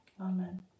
Amen